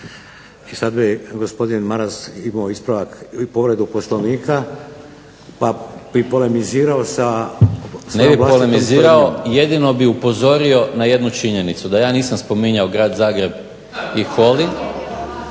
I sada je gospodin Maras imao povredu Poslovnika pa bi polemizirao sa… **Maras, Gordan (SDP)** Ne bih polemizirao, jedino bih upozorio na jednu činjenicu, da ja nisam spominjao Grad Zagreb i Holding